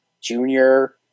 junior